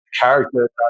character